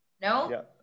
no